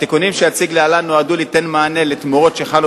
התיקונים שאציג להלן נועדו ליתן מענה לתמורות שחלו